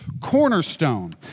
cornerstone